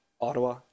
Ottawa